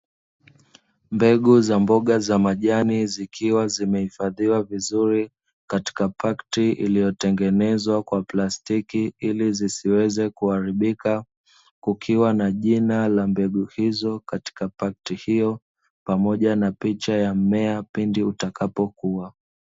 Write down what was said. Mbegu za mboga za majani zikiwa zimehifadhiwa vizuri katika pakiti iliyotengenezwa kwa plastiki ili zisiweze kuharibika kukiwa na jina la mbegu hizo katika pakiti hiyo pamoja na picha ya mmea pindi utakapokuwa